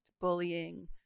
bullying